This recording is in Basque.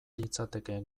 litzateke